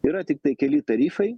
yra tiktai keli tarifai